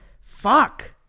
fuck